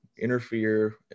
interfere